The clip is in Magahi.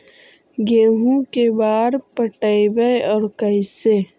गेहूं के बार पटैबए और कैसे?